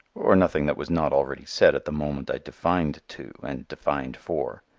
or nothing that was not already said at the moment i defined two and defined four.